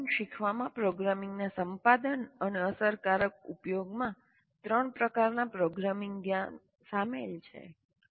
programming શીખવામાં પ્રોગ્રામિંગના સંપાદન અને અસરકારક ઉપયોગ માં ત્રણ પ્રકારનાં પ્રોગ્રામિંગ જ્ઞાન શામેલ છે